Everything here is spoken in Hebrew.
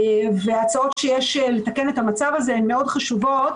וההצעות שיש לתיקון המצב הזה חשובות מאוד.